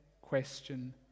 question